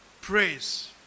praise